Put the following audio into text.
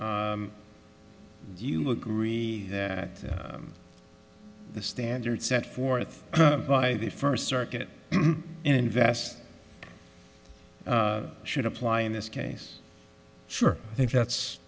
you agree that the standard set forth by the first circuit invest should apply in this case sure i think that's